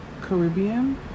Caribbean